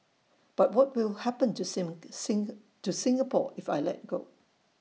but what will happen to to Singapore if I let go